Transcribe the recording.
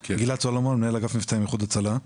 אני גלעד סולומון, מנהל אגף מבצעים, איחוד הצלה.